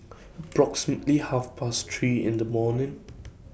approximately Half Past three in The morning